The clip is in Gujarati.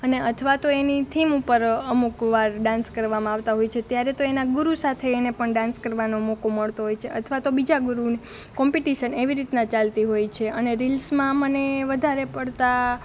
અને અથવા તો એની થીમ ઉપર અમુકવાર ડાન્સ કરવામાં આવતા હોય છે ત્યારે તો અને ગુરુ સાથે એને પણ ડાન્સ કરવાનો મોકો મળતો હોય છે અથવા તો બીજા ગુરુની કોમ્પિટિશન આવી રીતના ચાલતી હોય છે અને રીલ્સમાં મને વધારે પડતા